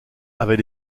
avait